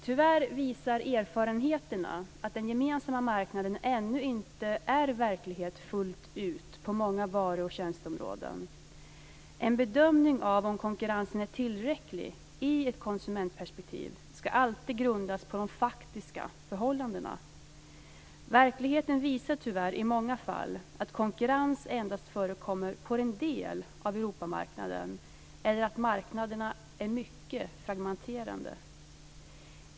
Tyvärr visar erfarenheterna att den gemensamma marknaden ännu inte är en verklighet fullt ut på många varu och tjänsteområden. En bedömning av om konkurrensen är tillräcklig i ett konsumentperspektiv ska alltid grundas på de faktiska förhållandena. Verkligheten visar tyvärr i många fall att konkurrens endast förekommer på en del av Europamarknaden eller att marknaderna är mycket fragmenterade.